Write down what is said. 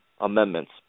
amendments